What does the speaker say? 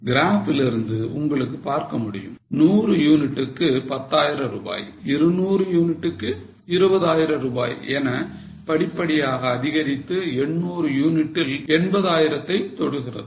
Graph லிருந்து உங்களுக்கு பார்க்க முடியும் 100 யூனிட்டுக்கு 10000 ரூபாய் 200 யூனிட்டுக்கு 20000 ரூபாய் என படிப்படியாக அதிகரித்து 800 யூனிட்டில் 80000 தொடுகிறது